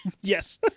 Yes